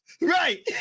Right